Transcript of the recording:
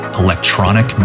electronic